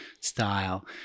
style